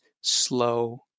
Slow